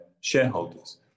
shareholders